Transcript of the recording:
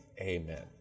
Amen